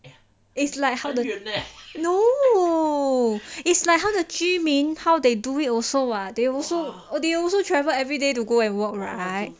it's like no it's like how the 居民 how they do it also [what] they also are they also travel everyday to go and work right okay maybe you can try I can foresee the adventurous